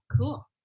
Cool